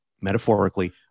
metaphorically